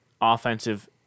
offensive